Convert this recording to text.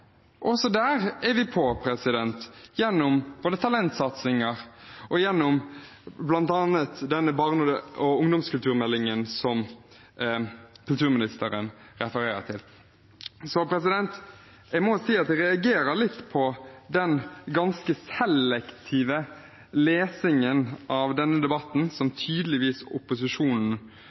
Også der er vi på, gjennom både talentsatsinger og bl.a. den barne- og ungdomskulturmeldingen som kulturministeren refererer til. Jeg må si at jeg reagerer litt på den ganske selektive lesingen av denne debatten, som tydeligvis opposisjonen